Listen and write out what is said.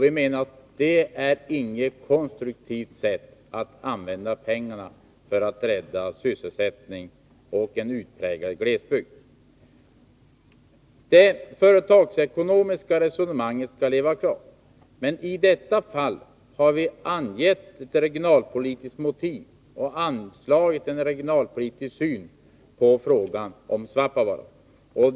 Vi menar att det är inget konstruktivt sätt att använda pengarna för att rädda sysselsättning och en utpräglad glesbygd. Det företagsekonomiska resonemanget skall leva kvar. Men i detta fall har vi angett ett regionalpolitiskt motiv och anslagit en regionalpolitisk syn på frågan om Svappavaara.